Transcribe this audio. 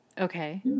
Okay